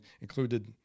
included